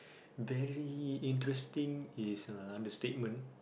very interesting is a understatement